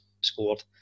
scored